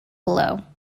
below